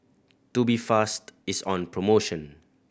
Tubifast is on promotion